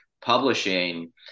publishing